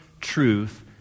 truth